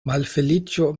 malfeliĉo